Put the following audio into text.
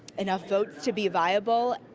enough votes to be viable.